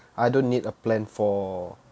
I don't need a plan for